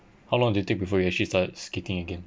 how long do you take before you actually started skating again